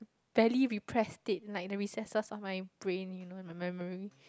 barely repressed state like the recesses of my brain you know my memory